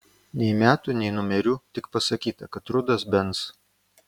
nei metų nei numerių tik pasakyta kad rudas benz